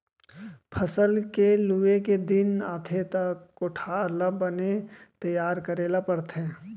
फसल के लूए के दिन आथे त कोठार ल बने तइयार करे ल परथे